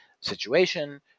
situation